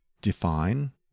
define